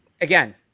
again